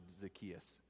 Zacchaeus